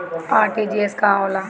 RTGS का होला?